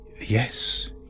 Yes